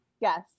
Yes